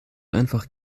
einfach